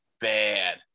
bad